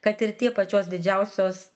kad ir tie pačios didžiausios